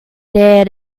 there